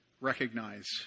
recognize